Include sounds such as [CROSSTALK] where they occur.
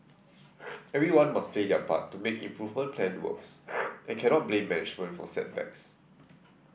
[NOISE] everyone must play their part to make improvement plan work and cannot blame management for setbacks